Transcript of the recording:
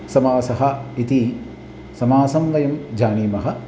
समासः इति समासं वयं जानीमः